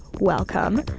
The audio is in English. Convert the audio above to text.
welcome